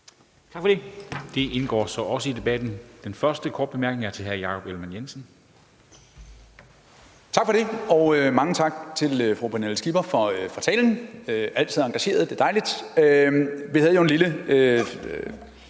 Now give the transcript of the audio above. Tak for det. Det indgår så også i debatten. Den første korte bemærkning er fra hr. Jakob Ellemann-Jensen. Kl. 14:07 Jakob Ellemann-Jensen (V): Tak for det, og mange tak til fru Pernille Skipper for talen – altid engageret, det er dejligt. Vi havde jo en lille